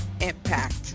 impact